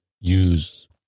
use